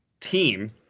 team